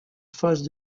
phase